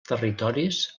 territoris